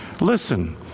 Listen